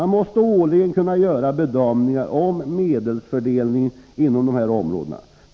Man måste årligen kunna göra bedömningar om medelsfördelning inom dessa områden.